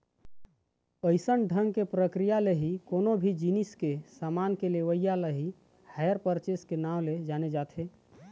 अइसन ढंग के प्रक्रिया ले ही कोनो भी जिनिस के समान के लेवई ल ही हायर परचेस के नांव ले जाने जाथे